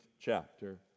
chapter